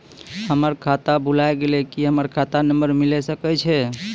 हमर खाता भुला गेलै, की हमर खाता नंबर मिले सकय छै?